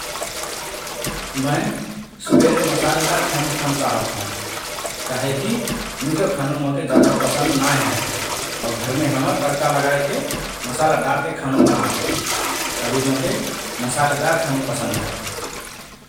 मए सुबेरे मसालेदार खानु खान चाहत हओं । काहेकी मिठो खानु मोके जाधा पसन्द नाए हए और घरमे हमर तड्का लगाएके, मसाला डारके खानु बनत हए । तभि मोके मसालेदार खानु पसन्द हए ।